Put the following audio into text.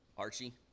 Archie